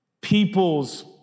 people's